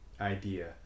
idea